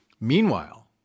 Meanwhile